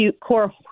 core